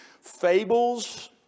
fables